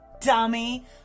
dummy